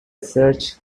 search